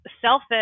selfish